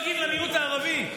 אתם דואגים למיעוט הערבי?